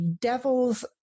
Devils